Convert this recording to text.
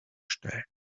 stellen